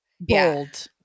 Bold